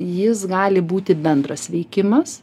jis gali būti bendras veikimas